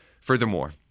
Furthermore